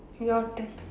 your turn